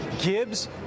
Gibbs